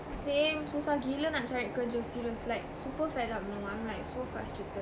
same susah gila nak cari kerja serious like super fed up you know I'm like so fustrated